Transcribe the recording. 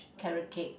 carrot cake